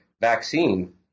vaccine